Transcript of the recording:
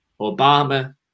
Obama